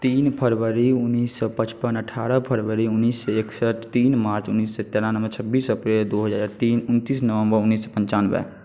तीन फरवरी उनैस सओ पचपन अठारह फरवरी उनैस सओ एकसठि तीन मार्च उनैस सओ तिरानवे छब्बीस अप्रैल दुइ हजार तीन उनतिस नवम्बर उनैस सओ पनचानवे